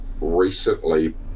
recently